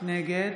נגד